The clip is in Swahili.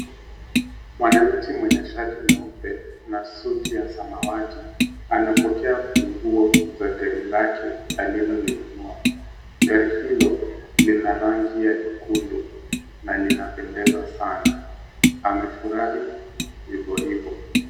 Mwananchi mwenye shati nyeupe na suti ya samawati, anapokea funguo za gari lake alilolinunua. Gari hilo lina rangi ya nyekundu na linapendeza sana. Amefurahi riboribo.